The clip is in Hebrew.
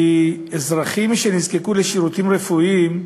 שאזרחים שנזקקו לשירותים רפואיים,